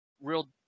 real